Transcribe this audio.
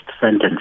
sentence